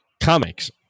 Comics